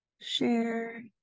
Share